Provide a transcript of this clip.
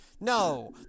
no